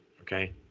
okay